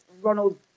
Ronald